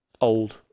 old